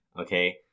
Okay